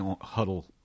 huddle